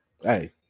Hey